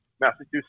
Massachusetts